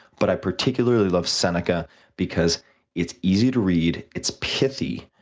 but i particularly love seneca because it's easy to read, it's pithy,